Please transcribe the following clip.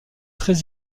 très